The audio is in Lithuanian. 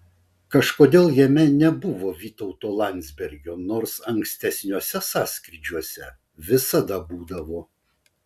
kažkodėl jame nebuvo vytauto landsbergio nors ankstesniuose sąskrydžiuose visada būdavo